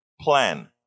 plan